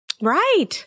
Right